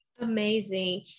Amazing